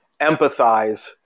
empathize